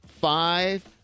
five